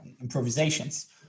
improvisations